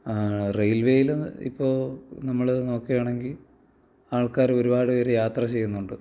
റെയിൽവേയിൽ ഇപ്പോൾ നമ്മൾ നോക്കുകയാണെങ്കിൽ ആൾക്കാർ ഒരുപാട് പേരു യാത്ര ചെയ്യുന്നുണ്ട്